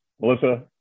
Melissa